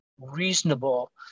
reasonable